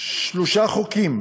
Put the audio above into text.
שלושה חוקים